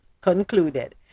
concluded